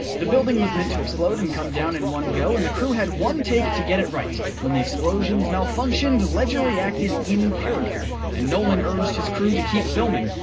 the building was meant to explode and come down in one go and the crew had one take to get it right. when the explosions malfunctioned, ledger reacted in character, and nolan urged his crew to keep filming.